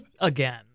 again